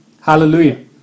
Hallelujah